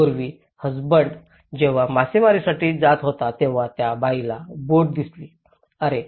पूर्वी हसबंड जेव्हा मासेमारीसाठी जात होता तेव्हा त्या बाईला बोट दिसली अरे